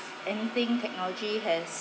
anything technology has